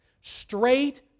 straight